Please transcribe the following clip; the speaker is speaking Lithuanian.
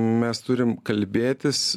mes turim kalbėtis